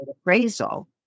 appraisal